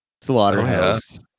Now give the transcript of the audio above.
Slaughterhouse